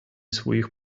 своїх